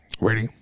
Ready